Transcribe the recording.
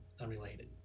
unrelated